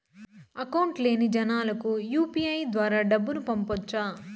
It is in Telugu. అకౌంట్ లేని జనాలకు యు.పి.ఐ ద్వారా డబ్బును పంపొచ్చా?